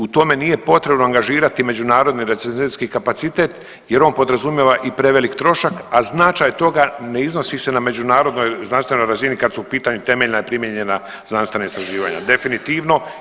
U tome nije potrebno angažirati međunarodni recenzentski kapacitet jer on podrazumijeva i prevelik trošak, a značaj toga ne iznosi se na međunarodnoj znanstvenoj razini kad su u pitanju temeljna i primijenjena znanstvena istraživanja definitivno.